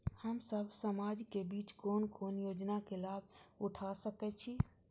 हम सब समाज के बीच कोन कोन योजना के लाभ उठा सके छी?